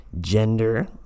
gender